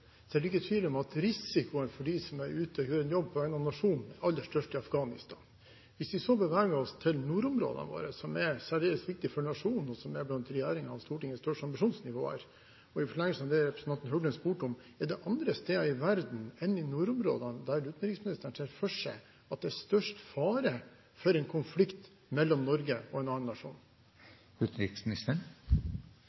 så beveger oss til nordområdene våre, som er særdeles viktig for nasjonen, og der regjeringen og Stortinget har de største ambisjoner, vil jeg – i forlengelsen av det som representanten Høglund spurte om – spørre: Er det andre steder i verden enn i nordområdene utenriksministeren ser for seg at det er stor fare for en konflikt mellom Norge og en annen nasjon?